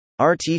RT